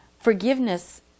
forgiveness